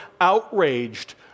outraged